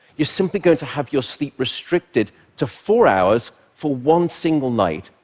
you're simply going to have your sleep restricted to four hours for one single night,